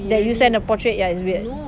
that you send a portrait ya it's weird